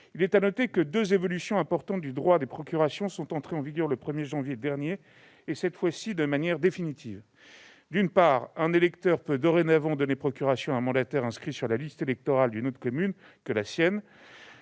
Il est à noter que deux évolutions importantes du droit des procurations sont entrées en vigueur le 1 janvier dernier, cette fois-ci de manière définitive. D'une part, un électeur peut dorénavant donner procuration à un mandataire inscrit sur la liste électorale d'une autre commune que la sienne.